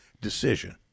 decision